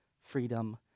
freedom